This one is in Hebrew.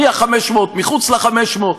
מה-500 ומחוץ ל-500.